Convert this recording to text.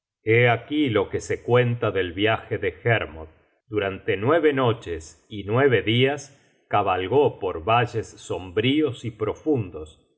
aquí lo que se cuenta del viaje de hermod durante nueve noches y nueve dias cabalgó por valles sombríos y profundos